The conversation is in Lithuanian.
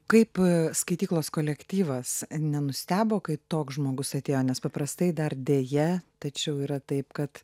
kaip skaityklos kolektyvas nenustebo kai toks žmogus atėjo nes paprastai dar deja tačiau yra taip kad